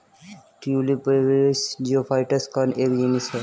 tulip bulbiferous geophytes का एक genus है